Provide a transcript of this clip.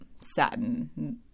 satin